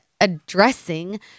Addressing